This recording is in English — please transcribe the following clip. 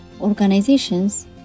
organizations